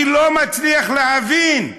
אני לא מצליח להבין: